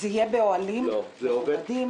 זה יהיה באוהלים מכובדים.